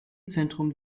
zentrum